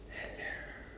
hello